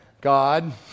God